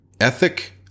ethic